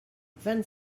vingt